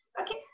Okay